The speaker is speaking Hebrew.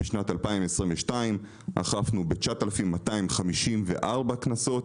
בשנת 2022 אכפנו ב-9,254 קנסות.